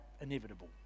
inevitable